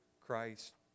Christ